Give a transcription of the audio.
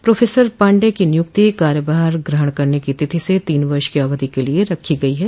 professor Pandey की नि्यक्ति कार्यभार ग्रहण करने की तिथि से तीन वर्ष की अवधि के लिये रखी गई है